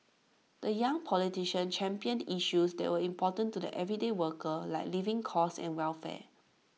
the young politician championed issues that were important to the everyday worker like living costs and welfare